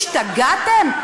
השתגעתם?